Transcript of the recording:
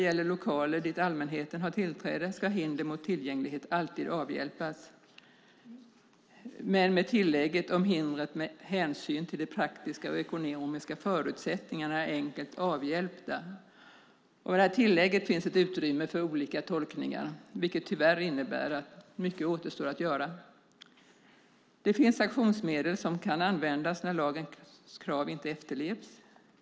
I lokaler dit allmänheten har tillträde ska hinder mot tillgänglighet alltid avhjälpas, men med tillägget att det gäller om hindren med hänsyn till de praktiska och ekonomiska förutsättningarna är enkelt avhjälpta. I detta tillägg finns utrymme för olika tolkningar, vilket tyvärr innebär att mycket återstår att göra. Det finns sanktionsmedel som kan användas när lagens krav inte efterlevs.